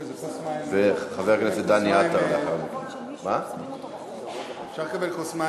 אדוני סגן השר, חברי חברי